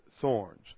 thorns